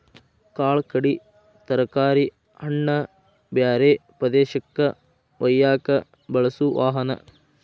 ಕಾಳ ಕಡಿ ತರಕಾರಿ ಹಣ್ಣ ಬ್ಯಾರೆ ಪ್ರದೇಶಕ್ಕ ವಯ್ಯಾಕ ಬಳಸು ವಾಹನಾ